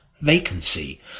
vacancy